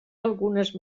algunes